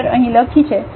1 આ x 1 છે